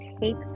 take